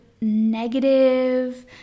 negative